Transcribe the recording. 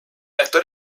actor